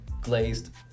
glazed